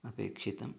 अपेक्षितम्